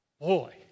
Boy